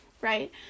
Right